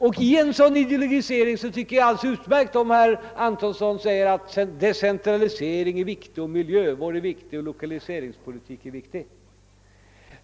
Om herr Antonsson vid en sådan ideologisering säger att decentralisering är viktig, att miljövård är viktig och att lokaliseringspolitik är viktig tycker jag det är alldeles utmärkt.